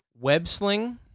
web-sling